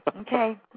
Okay